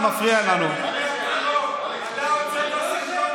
סרטון אנטישמי,